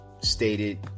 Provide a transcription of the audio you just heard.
stated